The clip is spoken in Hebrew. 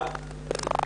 אחד,